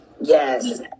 Yes